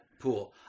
pool